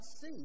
see